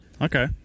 Okay